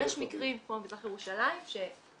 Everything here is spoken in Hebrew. יש מקרים כמו מזרח ירושלים שנכון,